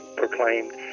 proclaimed